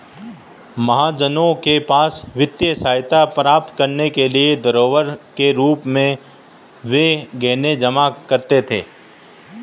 महाजनों के पास वित्तीय सहायता प्राप्त करने के लिए धरोहर के रूप में वे गहने जमा करते थे